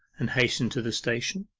and hasten to the station.